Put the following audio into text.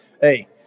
Hey